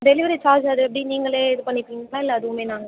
delivery charge அது எப்படி நீங்களே இது பண்ணிப்பீங்களா இல்லை அதுவுமே நாங்கள்